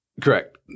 Correct